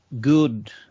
good